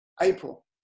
April